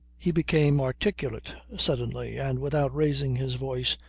he became articulate suddenly, and, without raising his voice,